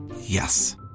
Yes